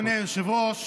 אדוני היושב-ראש,